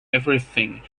everything